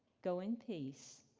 go in peace.